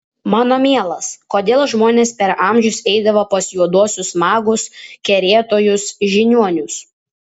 mano mielas kodėl žmonės per amžius eidavo pas juoduosius magus kerėtojus žiniuonius